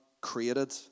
created